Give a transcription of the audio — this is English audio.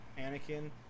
Anakin